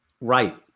Right